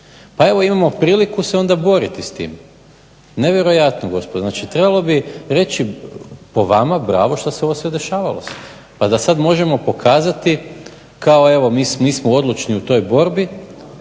Pa evo imamo priliku se onda boriti s tim. Nevjerojatno gospodo, znači trebalo bi reći po vama, bravo što se ovo sve dešavalo pa da sad možemo pokazati kao evo mi smo odlučni u toj borbi,